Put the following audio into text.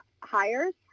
hires